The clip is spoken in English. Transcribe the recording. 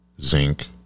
zinc